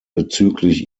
bezüglich